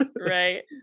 right